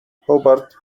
hubert